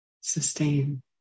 sustain